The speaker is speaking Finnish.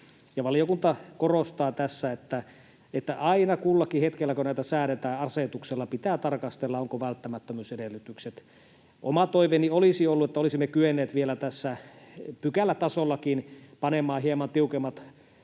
valiokunta korostaa tässä, että aina kullakin hetkellä, kun näitä säädetään asetuksella, pitää tarkastella, onko välttämättömyysedellytyksiä. Oma toiveeni olisi ollut, että olisimme kyenneet vielä pykälätasollakin panemaan hieman tiukemmat